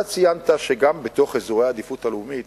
אתה ציינת שגם בתוך אזורי העדיפות הלאומית